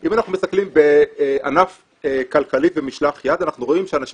אם אנחנו מסתכלים בענף כלכלי ומשלח יד אנחנו רואים שאנשים